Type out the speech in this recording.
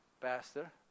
Pastor